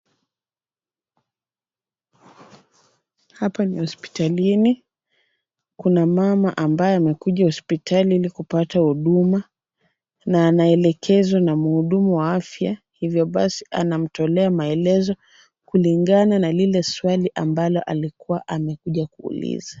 Hapa ni hospitalini, kuna mama ambaye amekuja hospitali ili kupata huduma na anaelekezwa na mhudumu wa afya, hivyo basi anamtolea maelezo kulingana na lile swali ambalo alikuwa amekuja kuuliza.